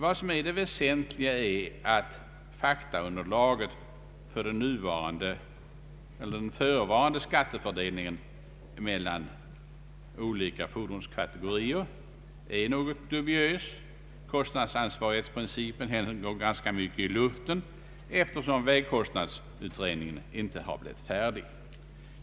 Vad som är det väsentliga är att faktaunderlaget för den förevarande skattefördelningen mellan olika fordonskategorier är dubiöst; kostnadsansvarighetsprincipen hänger ganska mycket i luften eftersom vägkostnadsutredningen inte har blivit färdig.